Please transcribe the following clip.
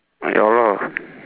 ya lah